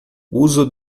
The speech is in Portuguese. uso